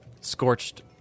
scorched